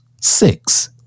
six